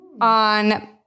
on